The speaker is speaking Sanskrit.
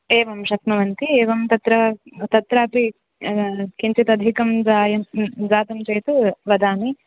एवं शक्नुवन्ति एवं तत्र तत्रापि किञ्चित् अधिकं जातं जातं चेत् वदामि